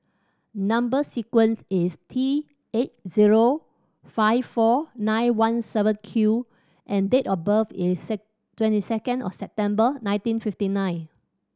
number sequence is T eight zero five four nine one seven Q and date of birth is twenty second of September nineteen fifty nine